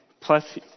Plus